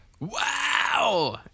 Wow